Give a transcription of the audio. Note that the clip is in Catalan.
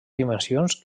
dimensions